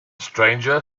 stranger